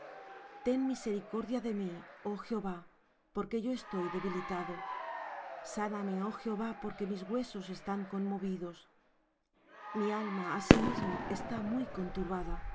ten misericordia de mí oh jehová porque yo estoy debilitado sáname oh jehová porque mis huesos están conmovidos mi alma asimismo está muy conturbada